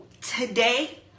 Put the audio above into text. today